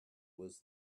was